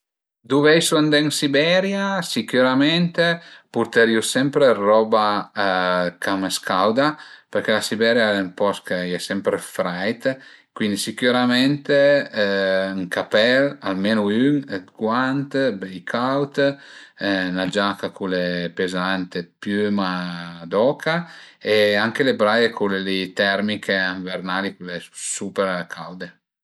Duveisu andé ën Siberia sicürament purterìu sempre d'roba ch'a më scauda perché la Siberia al e ün post ch'a ie sempre d'freit, cuindi sicürament ün capèl, almenu ün, d'guant beli caud, 'na giaca cule pezant, d'piüma d'oca e anche le braie cule li termiche invernali, cule supercaude